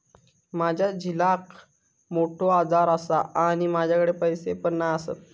माझ्या झिलाक मोठो आजार आसा आणि माझ्याकडे पैसे पण नाय आसत